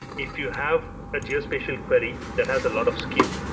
if you have a geospatial query that has a lot of skew,